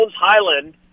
Highland